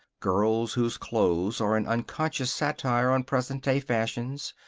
girls whose clothes are an unconscious satire on present-day fashions.